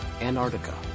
Antarctica